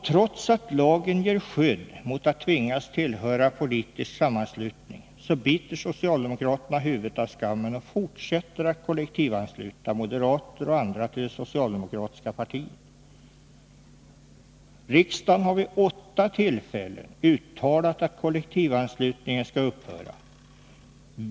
Trots att lagen ger skydd mot att tvingas tillhöra politisk sammanslutning så biter socialdemokraterna huvudet av skammen och fortsätter att kollektivansluta moderater och andra till det socialdemokratiska partiet. Riksdagen har vid åtta tillfällen uttalat att kollektivanslutningen skall upphöra.